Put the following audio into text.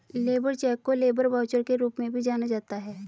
labour cheque को labour voucher के रूप में भी जाना जाता है